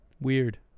weird